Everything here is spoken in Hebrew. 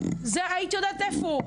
היית יודעת איפה הוא.